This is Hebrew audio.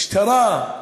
משטרה,